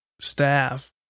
staff